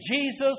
Jesus